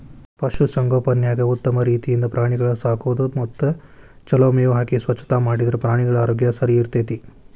ಪಶು ಸಂಗೋಪನ್ಯಾಗ ಉತ್ತಮ ರೇತಿಯಿಂದ ಪ್ರಾಣಿಗಳ ಸಾಕೋದು ಮತ್ತ ಚೊಲೋ ಮೇವ್ ಹಾಕಿ ಸ್ವಚ್ಛತಾ ಮಾಡಿದ್ರ ಪ್ರಾಣಿಗಳ ಆರೋಗ್ಯ ಸರಿಇರ್ತೇತಿ